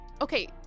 Okay